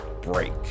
break